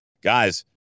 Guys